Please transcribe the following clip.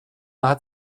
hat